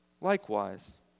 Likewise